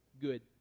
good